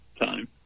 time